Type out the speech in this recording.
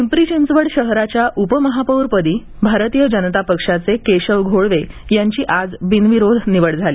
पिंपरी चिंचवड शहराच्या उपमहापौरपदी भारतीय जनता पक्षाचे केशव घोळवे यांची आज बिनविरोध निवड झाली